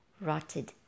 rotted